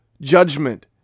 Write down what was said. judgment